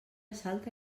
salta